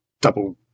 double